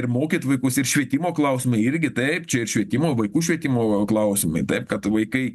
ir mokyt vaikus ir švietimo klausimai irgi taip čia ir švietimo vaikų švietimo klausimai taip kad vaikai